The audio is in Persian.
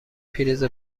پریز